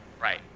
Right